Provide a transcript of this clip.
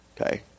Okay